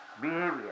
behavior